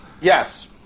Yes